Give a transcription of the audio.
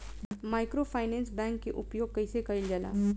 Microfinance bank के उपयोग कइसे कइल जाला?